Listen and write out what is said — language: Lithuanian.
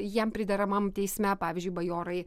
jam prideramam teisme pavyzdžiui bajorai